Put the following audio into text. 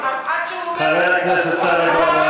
חבר הכנסת טלב אבו